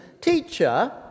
Teacher